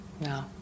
No